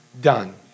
done